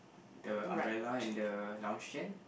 the umbrella and the lounge chair